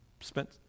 spent